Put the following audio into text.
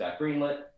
greenlit